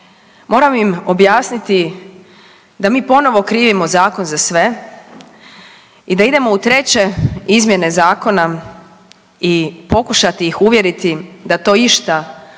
moram im objasniti da mi ponovo krivimo zakon za sve i da idemo u treće izmjene zakona i pokušati ih uvjeriti da to išta može